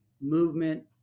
movement